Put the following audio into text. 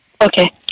Okay